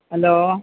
hello